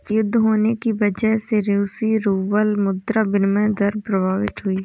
युद्ध होने की वजह से रूसी रूबल मुद्रा विनिमय दर प्रभावित हुई